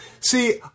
See